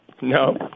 No